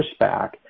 pushback